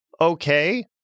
okay